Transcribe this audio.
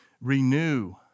renew